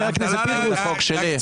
חבר הכנסת פינדרוס,